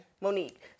monique